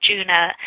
Juna